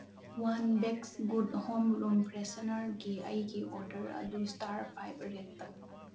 one ꯕꯦꯛꯁ good home room ꯐ꯭ꯔꯦꯁꯅꯔꯒꯤ ꯑꯩꯒꯤ ꯑꯣꯔꯗꯔ ꯑꯗꯨ ꯏꯁꯇꯥꯔ ꯐꯥꯏꯚ ꯔꯦꯠ ꯇꯧ